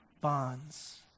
bonds